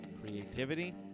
creativity